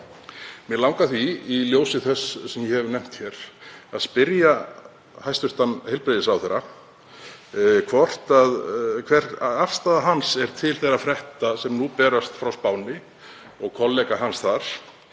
Mig langar því, í ljósi þess sem ég hef nefnt hér, að spyrja hæstv. heilbrigðisráðherra hver afstaða hans sé til þeirra frétta sem nú berast frá Spáni og kollega hans þar